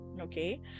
okay